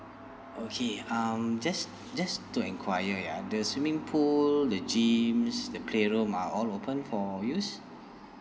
okay um just just to enquire ya the swimming pool the gyms the play room are all open for use